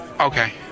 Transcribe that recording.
Okay